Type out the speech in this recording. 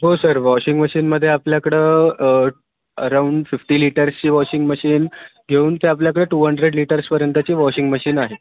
हो sir washing मशीनमध्ये आपल्याकडं अराऊंड फिफ्टी लीटर्सची वॉशिंग मशीन घेऊन ते आपल्याकडे टू हंड्रेड लीटर्सपर्यंतची वॉशिंग मशीन आहे